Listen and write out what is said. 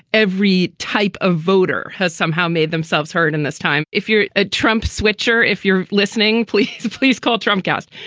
every type of voter has somehow made themselves heard in this time. if you're a trump switcher, if you're listening, please, please call trump guest.